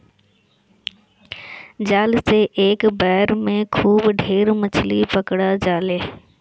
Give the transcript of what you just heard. जाल से एक बेर में खूब ढेर मछरी पकड़ा जाले